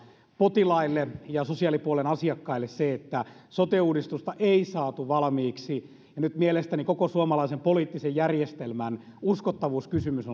potilaille ja sosiaalipuolen asiakkaille se että sote uudistusta ei saatu valmiiksi ja nyt mielestäni koko suomalaisen poliittisen järjestelmän uskottavuuskysymys